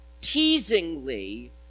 teasingly